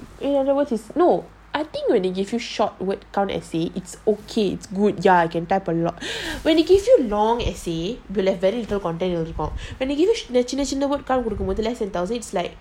eight hundred words is no I think when they give you short word count essay it's okay it's good ya can type a lot when it gives you long essay will have very little content to report when they give சின்னசின்ன:chinna chinna less than a thousand is like